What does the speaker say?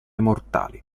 mortali